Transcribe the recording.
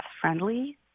friendly